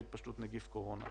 בוקר טוב לכולם,